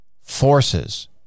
forces